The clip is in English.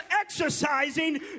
exercising